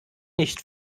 nicht